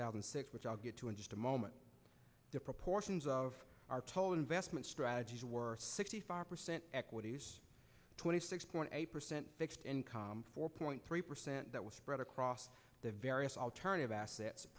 thousand and six which i'll get to in just a moment the proportions of our total investment strategy sixty five percent equities twenty six point eight percent fixed income four point three percent that was spread across the various alternative as